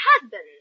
husband